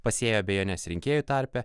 pasėjo abejones rinkėjų tarpe